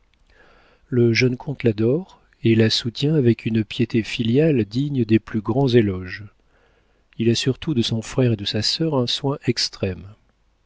le jeune comte l'adore et la soutient avec une piété filiale digne des plus grands éloges il a surtout de son frère et de sa sœur un soin extrême